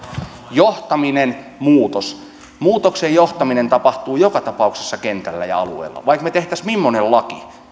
johtaminen muutos muutoksen johtaminen tapahtuu joka tapauksessa kentällä ja alueilla vaikka me tekisimme mimmoisen lain